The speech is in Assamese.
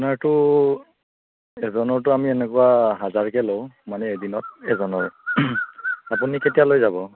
আপোনাৰতো এজনৰতো আমি এনেকুৱা হাজাৰকৈ লওঁ মানে এদিনত এজনৰ আপুনি কেতিয়ালৈ যাব